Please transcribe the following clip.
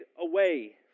away